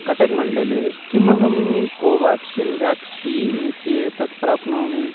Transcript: कटक्मण्डले किमहं Covaxin vaccine इत्येतत् प्राप्नोमि